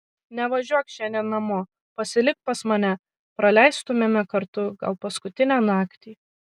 nevažiuok šiandien namo pasilik pas mane praleistumėme kartu gal paskutinę naktį